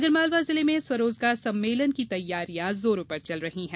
आगरमालवा जिले में स्वरोजगार सम्मेलन की तैयारियां जोरों पर चल रही है